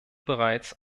bereits